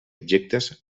objectes